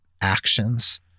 actions